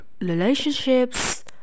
relationships